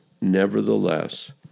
Nevertheless